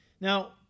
Now